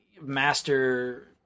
master